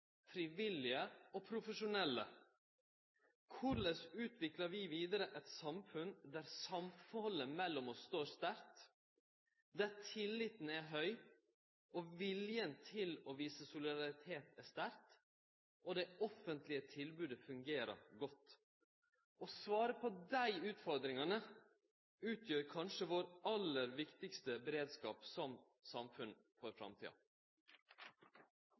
frivillige og profesjonelle. Korleis utviklar vi vidare eit samfunn der samhaldet mellom oss står sterkt, der tilliten er høg, viljen til å vise solidaritet er sterk og det offentlege tilbodet fungerer godt? Svaret på dei utfordringane utgjer kanskje vår aller viktigaste beredskap som samfunn for framtida.